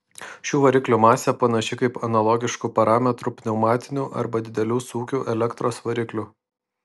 šių variklių masė panaši kaip analogiškų parametrų pneumatinių arba didelių sūkių elektros variklių